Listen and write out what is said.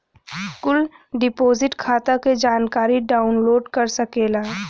कुल डिपोसिट खाता क जानकारी डाउनलोड कर सकेला